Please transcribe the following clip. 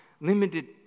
limited